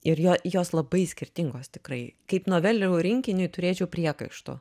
ir jo jos labai skirtingos tikrai kaip novelių rinkiniui turėčiau priekaištų